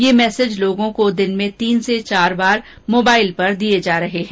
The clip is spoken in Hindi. यह मैसेज लोगों को दिन में तीन से चार बार मोबाइल पर दिए जा रहे हैं